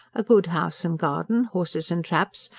a good house and garden, horses and traps,